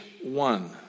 one